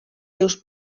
seus